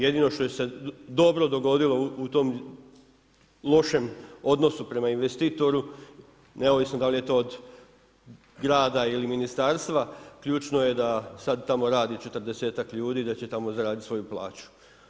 Jedino što se dobro dogodilo u tom lošem odnosu prema investitoru, neovisno da li je to od grada ili ministarstva, ključno je da sad tamo radi četrdesetak ljudi i da će tamo zaraditi svoju plaću.